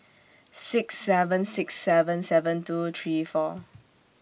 six seven six seven seven two three four